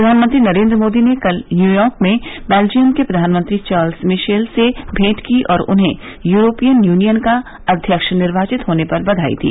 प्रधानमंत्री नरेन्द्र मोदी ने कल न्यूयार्क में बेल्जयम के प्रधानमंत्री चार्ल्स मिशेल से मेंट की और उन्हें यूरोपियन यूनियन का अध्यक्ष निर्वाचित होने पर बधाई दी